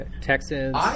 Texans